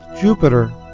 Jupiter